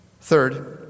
Third